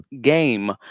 game